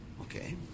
Okay